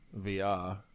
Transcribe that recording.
VR